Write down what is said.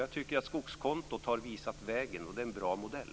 Jag tycker att skogskontot har visat vägen. Det är en bra modell.